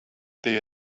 they